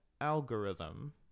algorithm